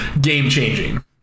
game-changing